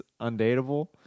Undateable